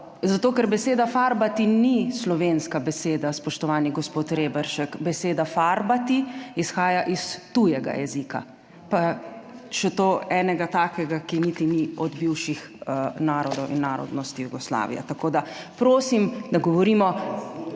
Zato ker beseda farbati ni slovenska beseda, spoštovani gospod Reberšek. Beseda farbati izhaja iz tujega jezika, pa še to enega takega, ki niti ni od bivših narodov in narodnosti Jugoslavije. Tako da prosim, da govorimo